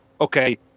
okay